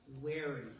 wary